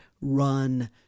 run